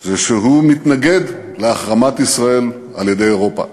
זה שהוא מתנגד להחרמת ישראל על-ידי אירופה.